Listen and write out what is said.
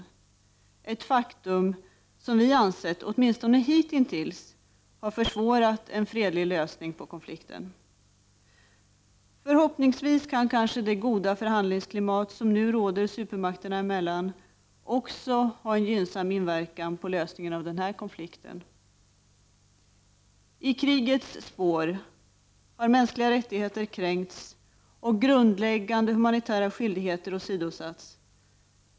Det är ett faktum som vi har ansett åtminstone hittin + Is har försvårat en fredlig lösning på konflikten. Förhoppningsvis kan kanske det goda förhandlingsklimat som nu råder supermakterna emellan också ha en gynnsam inverkan på lösningen av den här konflikten. I krigets spår har mänskliga rättigheter kränkts och grundläggande humanitära skyldigheter åsidosatts.